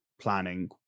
planning